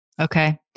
Okay